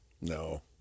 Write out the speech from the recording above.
No